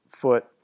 foot